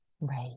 Right